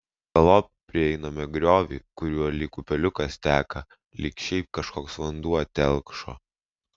galop prieiname griovį kuriuo lyg upeliukas teka lyg šiaip kažkoks vanduo telkšo